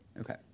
okay